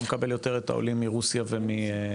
מקבל יותר את העולים מרוסיה ומבלרוס.